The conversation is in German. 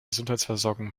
gesundheitsversorgung